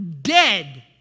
dead